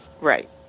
Right